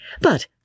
But